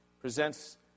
presents